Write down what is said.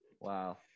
Wow